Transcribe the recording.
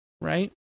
right